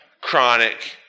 chronic